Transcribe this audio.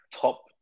Top